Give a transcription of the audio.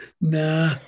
Nah